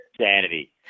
Sanity